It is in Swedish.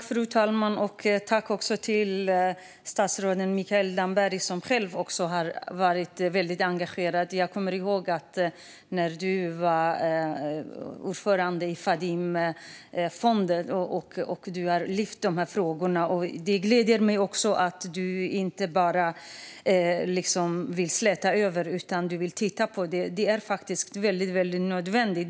Fru talman! Jag tackar statsrådet Mikael Damberg, som själv har varit väldigt engagerad i detta. Jag kommer ihåg att du, Mikael Damberg, lyfte upp dessa frågor när du var ordförande i Fadimefonden. Det gläder mig också att du inte bara vill släta över detta utan vill titta på det; det är faktiskt nödvändigt.